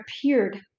appeared